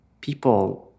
people